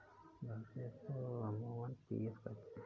भविष्य निधि को अमूमन पी.एफ कहते हैं